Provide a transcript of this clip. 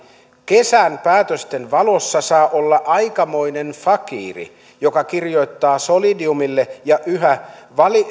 kesän päätösten valossa saa olla aikamoinen fakiiri joka kirjoittaa solidiumille ja yhä